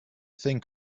think